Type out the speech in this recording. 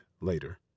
later